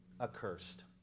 accursed